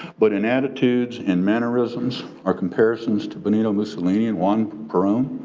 but in attitudes and mannerisms, our comparisons to benito mussolini and juan peron,